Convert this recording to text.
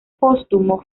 póstumo